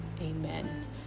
amen